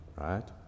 right